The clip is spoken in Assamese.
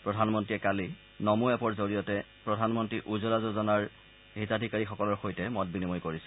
প্ৰধানমন্ত্ৰীয়ে কালি নমো এপ্পৰ জৰিয়তে প্ৰধানমন্ত্ৰী উজ্জ্বলা যোজনাৰ হিতাধিকাৰীসকলৰ সৈতে মত বিনিময় কৰিছিল